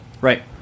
Right